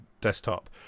desktop